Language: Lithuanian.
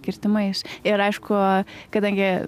kirtimais ir aišku kadangi